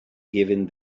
giving